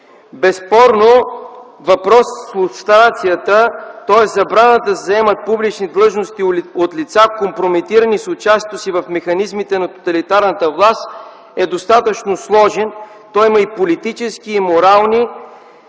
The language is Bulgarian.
Безспорно въпросът с лустрацията – тоест забраната да се заемат публични длъжности от лица, компрометирани с участието си в механизмите на тоталитарната власт, е достатъчно сложен. Той има политически и морални измерения.